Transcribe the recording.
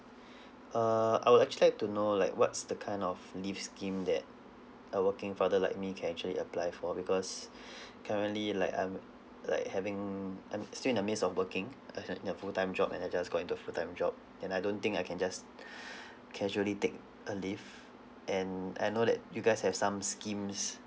uh I'd actually like to know like what's the kind of leave scheme that a working father like me can actually apply for because currently like I'm like having I'm still in the midst of working I'm actually in a full time job and I just got into a full time job and I don't think I can just casually take a leave and I know that you guys have some schemes